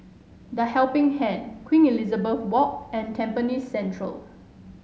The Helping Hand Queen Elizabeth Walk and Tampines Central